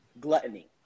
gluttony